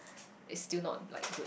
it's still not like good